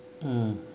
mm